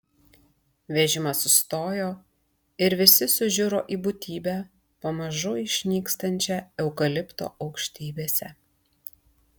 vežimas sustojo ir visi sužiuro į būtybę pamažu išnykstančią eukalipto aukštybėse